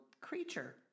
creature